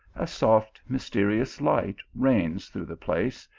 a soft mysterious light reigns through the place,